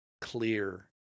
clear